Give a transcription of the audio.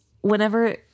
whenever